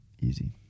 easy